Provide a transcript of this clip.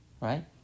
Right